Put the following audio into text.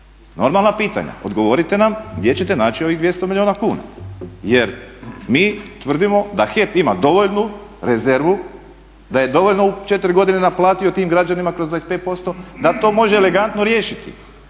Normalna pitanja. Odgovorite nam, gdje ćete naći ovih 200 milijuna kuna jer mi tvrdimo da HEP ima dovoljnu rezervu, da je dovoljno u 4 godine naplatio tim građanima kroz 25%, da to može elegantno riješiti